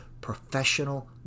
professional